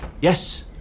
Yes